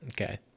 okay